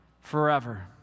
forever